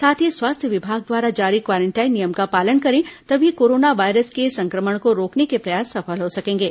साथ ही स्वास्थ्य विभाग द्वारा जारी क्वारेंटाइन नियम का पालन करें तभी कोरोना वायरस के संक्रमण को रोकने के प्रयास सफल हो सकेंगे